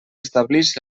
establix